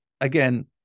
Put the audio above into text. again